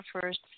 first